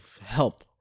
help